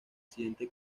siente